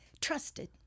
trusted